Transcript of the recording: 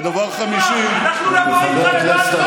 דבר חמישי, לך הביתה